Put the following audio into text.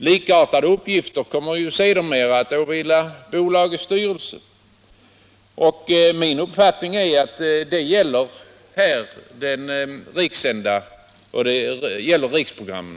Likartade uppgifter kommer sedermera att åvila bolagets styrelse. Min uppfattning är att det här gäller riksprogrammen.